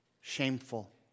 Shameful